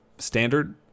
Standard